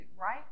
right